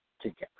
together